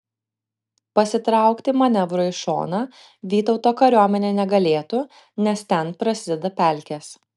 pasitraukti manevrui į šoną vytauto kariuomenė negalėtų nes ten prasideda pelkės